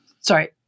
Sorry